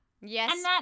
Yes